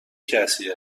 کسی